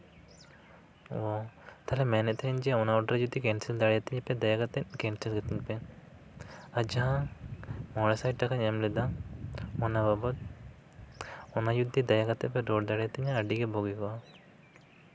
ᱚᱸᱻ ᱛᱟᱦᱚᱞᱮ ᱢᱮᱱᱮᱫ ᱛᱟᱦᱮᱱ ᱡᱮ ᱚᱱᱟ ᱚᱰᱟᱨ ᱡᱩᱫᱤ ᱠᱮᱱᱥᱮᱞ ᱫᱟᱲᱮᱭᱟᱛᱤᱧ ᱯᱮ ᱫᱟᱭᱟ ᱠᱟᱛᱮ ᱠᱮᱱᱥᱮᱞ ᱠᱟᱹᱛᱤᱧ ᱯᱮ ᱟᱨ ᱡᱟᱦᱟᱸ ᱢᱚᱬᱮ ᱥᱟᱭ ᱴᱟᱠᱟᱧ ᱮᱢ ᱞᱮᱫᱟ ᱚᱱᱟ ᱵᱟᱵᱚᱫ ᱚᱱᱟ ᱡᱩᱫᱤ ᱫᱟᱭᱟ ᱠᱟᱛᱮ ᱯᱮ ᱨᱩᱣᱟᱹᱲ ᱫᱟᱲᱮᱭᱟᱛᱤᱧᱟ ᱟᱹᱰᱤᱜᱮ ᱵᱩᱜᱤ ᱠᱚᱜᱼᱟ